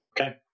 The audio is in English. Okay